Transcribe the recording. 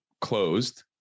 closed